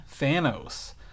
Thanos